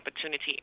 opportunity